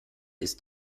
ist